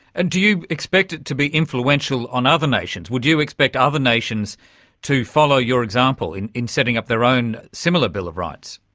and do you expect it to be influential on other nations? would you expect other nations to follow your example in in setting up their own similar bill of rights?